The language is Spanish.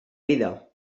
vida